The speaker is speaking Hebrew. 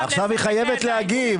עכשיו היא חייבת להגיב.